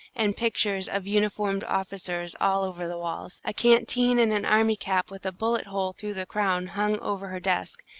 and pictures of uniformed officers all over the walls. a canteen and an army cap with a bullet-hole through the crown, hung over her desk,